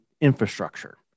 infrastructure